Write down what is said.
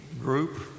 group